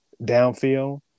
downfield